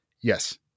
Yes